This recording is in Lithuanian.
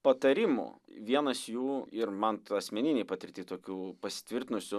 patarimų vienas jų ir man asmeninėj patirty tokių pasitvirtinusių